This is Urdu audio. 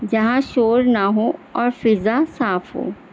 جہاں شور نہ ہو اور فضا صاف ہو